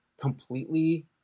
completely